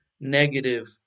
negative